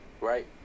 right